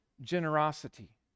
generosity